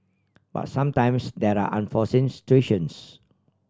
but sometimes there are unforeseen